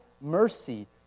mercy